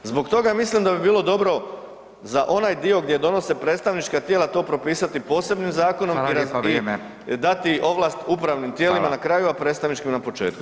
Zbog toga ja mislim da bi bilo dobro za onaj dio gdje donose predstavnička tijela to propisati posebnim zakonom [[Upadica: Fala lijepa, vrijeme]] i dati ovlast upravnim tijelima [[Upadica: Fala]] na kraju, a predstavničkim na početku.